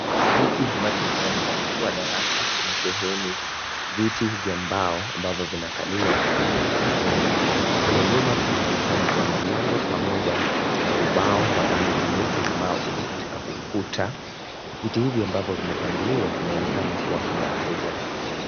Kwa hiki ambacho kinaonekana kuwa darasa, kina sheheni viti vya mbao ambavyo vinakaliwa na wanafunzi. Kule nyuma panaonekana kuwa na mlango pamoja na ubao wa rangi nyeupe ambao upo katika ukuta, viti hivi ambavyo vimepangiliwa vinaonekana kuwa vinawasaidia wanafunzi.